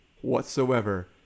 whatsoever